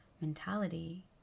mentality